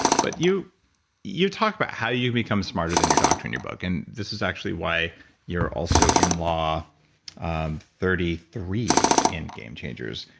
but you you talk about how you become smarter than your doctor in your book and this is actually why you're also in law thirty three in game changers.